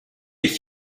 ich